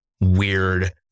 weird